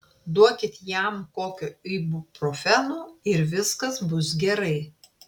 duokit jam kokio ibuprofeno ir viskas bus gerai